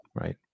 right